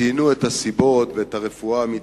ציינו את הסיבות ואת הרפואה המתקדמת.